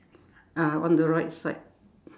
ah on the right side